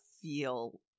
feel